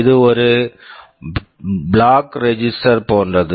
இது ஒரு flag register flag register போன்றது